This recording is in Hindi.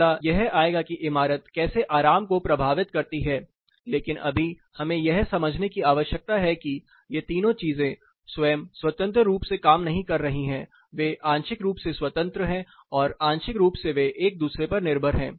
अगला यह आएगा कि इमारत कैसे आराम को प्रभावित करती है लेकिन अभी हमें यह समझने की आवश्यकता है कि यें तीनों चीजें स्वयं स्वतंत्र रूप से काम नहीं कर रही हैं वे आंशिक रूप से स्वतंत्र हैं और आंशिक रूप से वे एक दूसरे पर निर्भर हैं